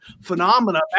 phenomena